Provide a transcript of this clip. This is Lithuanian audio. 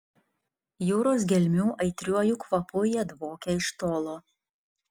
jūros gelmių aitriuoju kvapu jie dvokia iš tolo